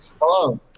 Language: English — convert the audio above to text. hello